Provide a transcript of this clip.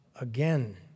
again